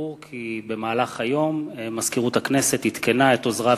ברור כי במהלך היום מזכירות הכנסת עדכנה את עוזריו